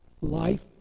life